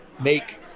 make